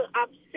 upset